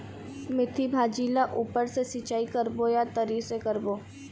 मेंथी भाजी ला ऊपर से सिचाई करबो या तरी से करबो?